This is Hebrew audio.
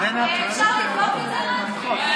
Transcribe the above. אפשר לבדוק את זה רק?